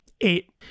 Eight